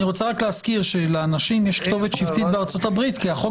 אני רק רוצה להזכיר שלאנשים יש כתובת שבטית בארצות-הברית כי החוק